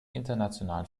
internationalen